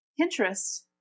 Pinterest